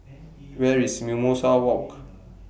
Where IS Mimosa Walk